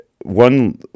One